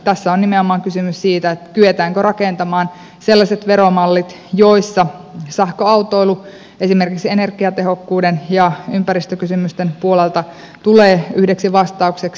tässä on nimenomaan kysymys siitä kyetäänkö rakentamaan sellaiset veromallit joissa sähköautoilu esimerkiksi energiatehokkuuden ja ympäristökysymysten puolelta tulee yhdeksi vastaukseksi